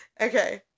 Okay